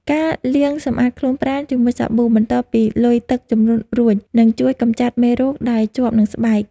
ការលាងសម្អាតខ្លួនប្រាណជាមួយសាប៊ូបន្ទាប់ពីលុយទឹកជំនន់រួចនឹងជួយកម្ចាត់មេរោគដែលជាប់នឹងស្បែក។